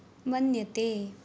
मन्यते